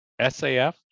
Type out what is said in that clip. SAF